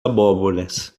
abóboras